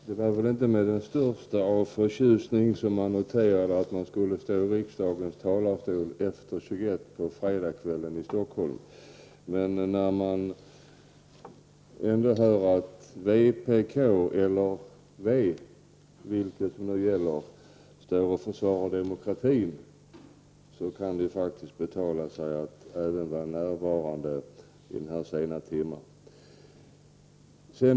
Herr talman! Det är väl inte med största förtjusning jag noterar att jag står i riksdagens talarstol efter kl. 21.00 en fredagskväll. Men när jag hör att vänsterpartiet kommunisterna eller vänsterpartiet, vilket som nu gäller, försvarar demokratin, då kan det faktiskt betala sig att vara närvarande denna sena timme.